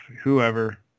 whoever